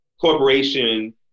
corporation